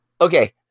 okay